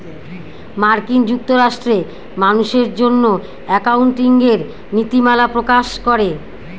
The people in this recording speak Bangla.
মার্কিন যুক্তরাষ্ট্রে মানুষের জন্য একাউন্টিঙের নীতিমালা প্রকাশ করে